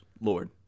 Lord